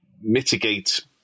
mitigate